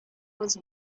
was